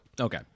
Okay